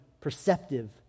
perceptive